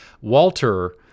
Walter